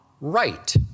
right